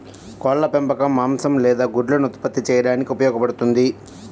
కోళ్ల పెంపకం మాంసం లేదా గుడ్లను ఉత్పత్తి చేయడానికి ఉపయోగపడుతుంది